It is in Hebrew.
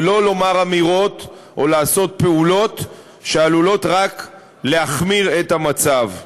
ולא לומר אמירות או לעשות פעולות שעלולות רק להחמיר את המצב.